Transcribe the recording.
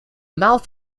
mouth